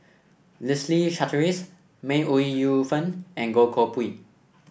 Leslie Charteris May Ooi Yu Fen and Goh Koh Pui